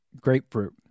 grapefruit